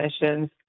missions